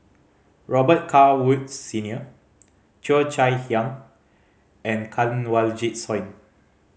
Robet Carr Woods Senior Cheo Chai Hiang and Kanwaljit Soin